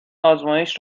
آزمایش